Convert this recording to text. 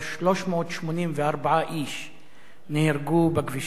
384 איש נהרגו בכבישים,